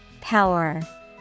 Power